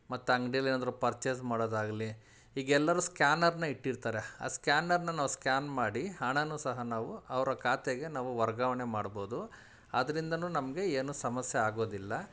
ಮತ್ತು ಅಂಗಡಿಯಲ್ ಏನಾದರೂ ಪರ್ಚೇಸ್ ಮಾಡೋದಾಗ್ಲಿ ಈಗ ಎಲ್ಲರೂ ಸ್ಕ್ಯಾನರನ್ನ ಇಟ್ಟಿರ್ತಾರೆ ಆ ಸ್ಕ್ಯಾನರನ್ನ ನಾವು ಸ್ಕ್ಯಾನ್ ಮಾಡಿ ಹಣಾನು ಸಹ ನಾವು ಅವರ ಖಾತೆಗೆ ನಾವು ವರ್ಗಾವಣೆ ಮಾಡ್ಬೋದು ಅದರಿಂದನೂ ನಮಗೆ ಏನು ಸಮಸ್ಯೆ ಆಗೋದಿಲ್ಲ